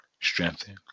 strengthen